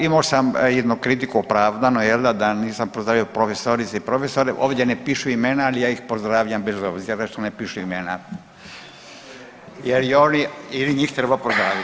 Imao sam jednu kritiku opravdano jel da da nisam pozdravio profesorice i profesore, ovdje ne pišu imena, ali ja ih pozdravljam bez obzira što ne pišu imena jel i oni, jel i njih treba pozdravit.